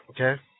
okay